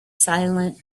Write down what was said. silent